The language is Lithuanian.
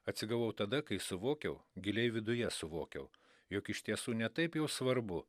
atsigavau tada kai suvokiau giliai viduje suvokiau jog iš tiesų ne taip jau svarbu